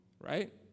right